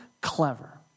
clever